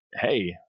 Hey